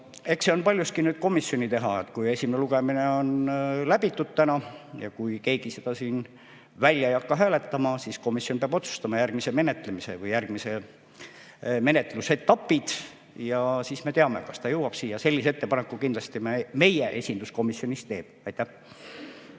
see on paljuski komisjoni teha. Kui esimene lugemine on läbitud täna ja kui keegi seda siin välja ei hakka hääletama, siis komisjon peab otsustama järgmised menetlusetapid. Ja siis me teame, kas ta jõuab siia. Sellise ettepaneku kindlasti meie esindus komisjonis teeb. Tänan